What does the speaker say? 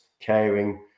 caring